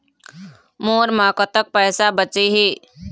मोर म कतक पैसा बचे हे?